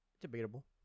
debatable